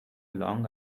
long